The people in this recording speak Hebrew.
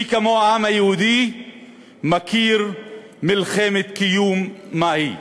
מי כמו העם היהודי מכיר מלחמת קיום מהי,